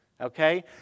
Okay